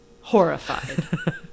horrified